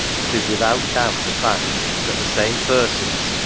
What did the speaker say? it is without doubt a fact, that the same persons,